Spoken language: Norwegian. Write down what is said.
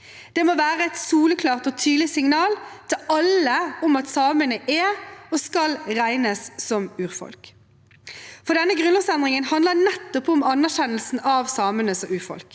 Det må være et soleklart og tydelig signal til alle om at samene er og skal regnes som urfolk. Denne grunnlovsendringen handler nettopp om anerkjennelsen av samene som urfolk.